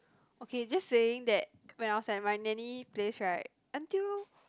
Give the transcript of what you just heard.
okay just saying that when I was at my nanny place right until